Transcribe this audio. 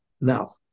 Now